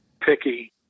picky